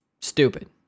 stupid